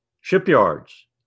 shipyards